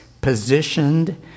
positioned